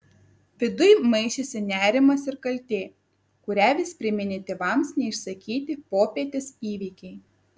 viduj maišėsi nerimas ir kaltė kurią vis priminė tėvams neišsakyti popietės įvykiai